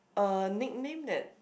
uh nickname that